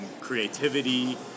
creativity